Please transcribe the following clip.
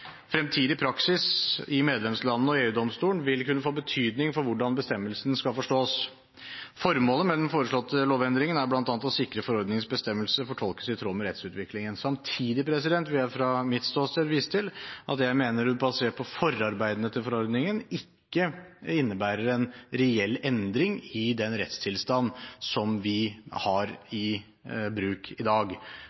Fremtidig praksis i medlemslandene og EU-domstolen vil kunne få betydning for hvordan bestemmelsen skal forstås. Formålet med den foreslåtte lovendringen er bl.a. å sikre forordningens bestemmelse fortolket i tråd med rettsutviklingen. Samtidig vil jeg fra mitt ståsted vise til at basert på forarbeidene til forordningen mener jeg at dette ikke innebærer en reell endring i den rettstilstand som vi har